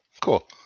Cool